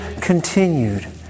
continued